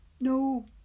No